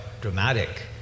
dramatic